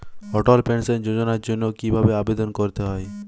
অটল pension যোজনার জন্য কি ভাবে আবেদন করতে হয়?